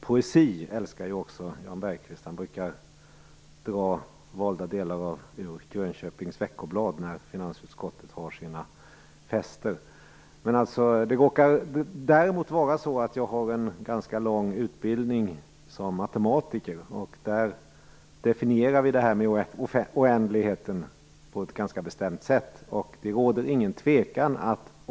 Jan Bergqvist älskar också poesi, och han brukar dra valda delar ur Grönköpings Däremot råkar det vara så att jag har en ganska lång utbildning som matematiker, och där definierar vi oändligheten på ett ganska bestämt sätt.